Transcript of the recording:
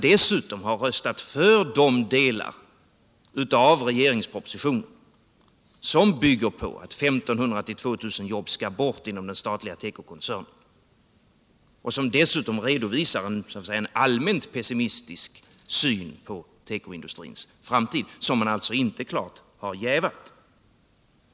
Dessutom har man ju röstat för de delar av propositionen som bygger på att 1 500-2 000 arbeten skall bort inom den statliga tekokoncernen, delar där det rent allmänt redovisas en pessimistisk syn på tekoindustrins framtid. Man har alltså inte klart jävat denna syn.